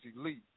elite